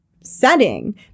setting